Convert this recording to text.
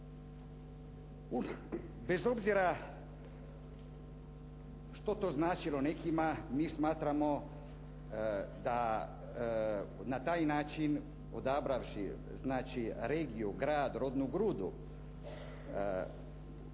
Bez obzira što to značilo nekima mi smatramo da na taj način odabravši znači regiju, grad, rodnu grudu,